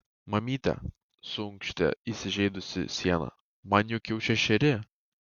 mamyte suunkštė įsižeidusi siena man juk jau šešeri